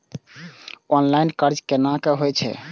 Online कर्ज केना होई छै?